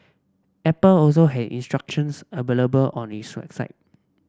Apple also has instructions available on its website